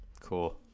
Cool